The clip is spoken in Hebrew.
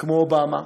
כמו אובמה.